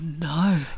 no